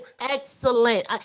excellent